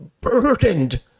burdened